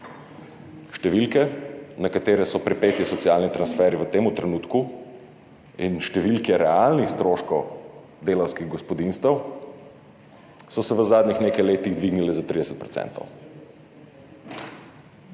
Številke, na katere so pripeti socialni transferji v tem trenutku, in številke realnih stroškov delavskih gospodinjstev so se v zadnjih nekaj letih dvignile za 30 %.